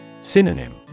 Synonym